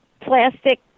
plastic